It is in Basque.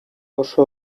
oso